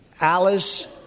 Alice